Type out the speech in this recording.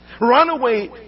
Runaway